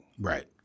Right